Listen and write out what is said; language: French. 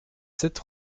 sept